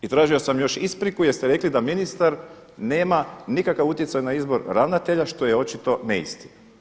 I tražio sam još ispriku jer ste rekli da ministar nema nikakav utjecaj na izbor ravnatelja što je očito neistina.